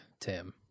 Tim